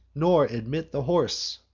nor admit the horse